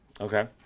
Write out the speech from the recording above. Okay